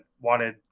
wanted